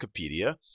Wikipedia